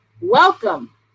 welcome